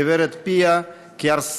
גברת פיה קירסגו.